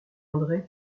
andré